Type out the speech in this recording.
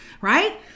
Right